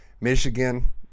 Michigan